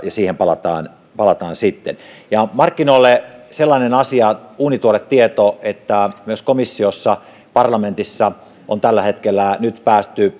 ja siihen palataan palataan sitten markkinoille sellainen asia uunituore tieto että myös komissiossa parlamentissa on tällä hetkellä nyt päästy